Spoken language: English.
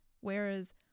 Whereas